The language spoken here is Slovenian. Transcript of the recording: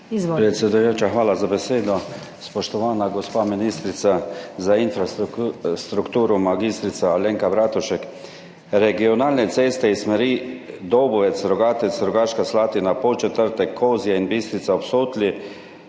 Predsedujoča, hvala za besedo. Spoštovana gospa ministrica za infrastrukturo mag. Alenka Bratušek! Regionalne ceste iz smeri Dobovec, Rogatec, Rogaška Slatina, Podčetrtek, Kozje in Bistrica ob Sotli